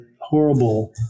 horrible